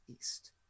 east